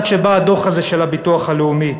עד שבא הדוח הזה של הביטוח הלאומי.